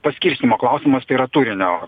paskirstymo klausimas tai yra turinio